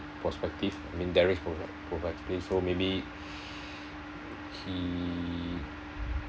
prospective I mean derek's pro~ prospective so maybe he